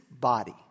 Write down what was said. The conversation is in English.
body